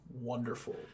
wonderful